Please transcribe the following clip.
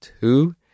two